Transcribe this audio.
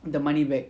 the money back